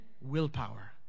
Willpower